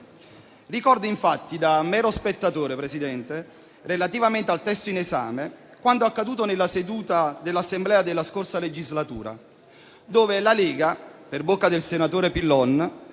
Ricordo infatti, da mero spettatore, Presidente - relativamente al testo in esame - quanto accaduto in una seduta dell'Assemblea della scorsa legislatura, in cui la Lega, per bocca del senatore Pillon,